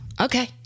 Okay